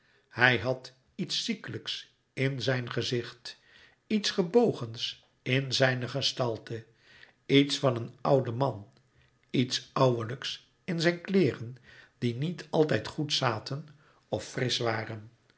hij had iets ziekelijks in zijn gezicht iets gebogens in zijne gestalte iets van een ouden man iets ouwelijks in zijn kleêren die niet altijd goed zaten of frisch waren